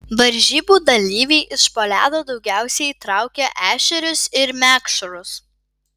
varžybų dalyviai iš po ledo daugiausiai traukė ešerius ir mekšrus